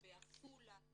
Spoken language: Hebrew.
בעפולה,